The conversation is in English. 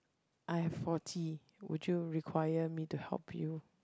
I have forty would you require me to help you